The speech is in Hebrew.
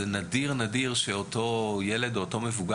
הילד לא צריך